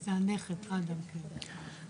אדם: נכון, כן.